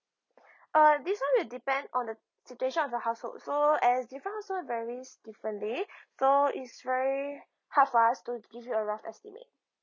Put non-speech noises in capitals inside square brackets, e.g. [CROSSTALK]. [BREATH] uh this one will depend on the situation of the household so as different household varies differently [BREATH] so it's very hard for us to give you a rough estimate